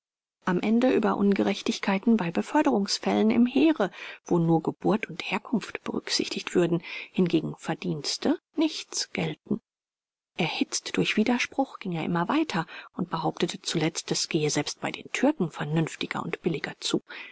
am ende über ungerechtigkeiten bei beförderungsfällen im heere wo nur geburt und herkunft berücksichtigt würden hingegen verdienste nichts gälten erhitzt durch widerspruch ging er immer weiter und behauptete zuletzt es gehe selbst bei den türken vernünftiger und billiger zu